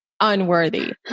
unworthy